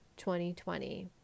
2020